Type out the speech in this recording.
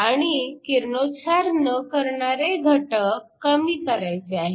आणि किरणोत्सार न करणारे घटक कमी करायचे आहेत